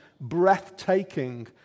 breathtaking